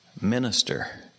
Minister